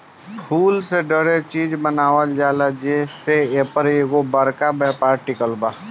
फूल से डेरे चिज बनावल जाला जे से एपर एगो बरका व्यापार टिकल बा